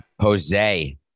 Jose